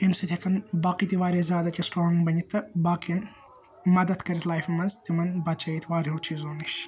اَمہِ سٍتۍ ہیٚکَن باقٕے تہِ وارِیاہ زیاد ہیٚکہِ سِٹرانٛگ بٔنِتھ تہٕ باقِیَن مَدَتھ کٔرِتھ لایفہِ منٛز تِمَن بَچٲیِتھ واریاہو چیٖزو نِش